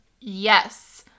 Yes